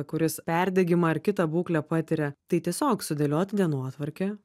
kuris perdegimą ar kitą būklę patiria tai tiesiog sudėliot dienotvarkę